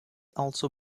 also